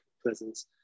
presence